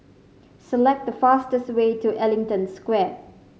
select the fastest way to Ellington Square